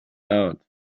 out